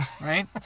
right